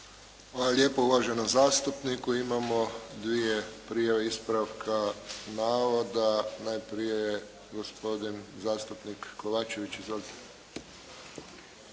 lijepo uvaženom zastupniku. Imamo dvije prijave ispravka navoda. Najprije gospodin zastupnik Kovačević. Izvolite.